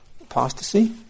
apostasy